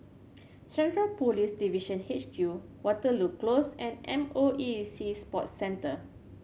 Central Police Division H Q Waterloo Close and M O E Sea Sports Centre